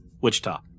Wichita